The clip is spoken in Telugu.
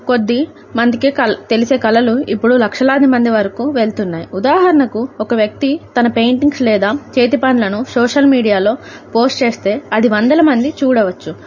కొద్ది మందికే కల తెలిసే కళలు ఇప్పుడు లక్షలాది మంది వరకు వెళ్తున్నాయి ఉదాహరణకు ఒక వ్యక్తి తన పెయింటింగ్స్ లేదా చేతి పనులను సోషల్ మీడియాలో పోస్ట్ చేస్తే అది వందల మంది చూడవచ్చు